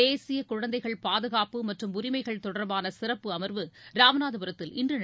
தேசிய குழந்தைகள் பாதுகாப்பு மற்றும் உரிமைகள் தொடர்பான சிறப்பு அமர்வு ராமநாதபுரத்தில் இன்று நடைபெறவுள்ளது